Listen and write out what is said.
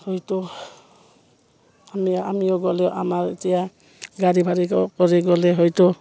হয়তো আমি আমিও গ'লেও আমাৰ এতিয়া গাড়ী ভাড়া কৰি গ'লেও হয়তো